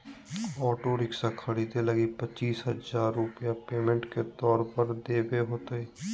auto rickshaw खरीदे लगी पचीस हजार रूपया पेमेंट के तौर पर देवे होतय